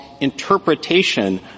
interpretation